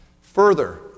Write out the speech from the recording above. Further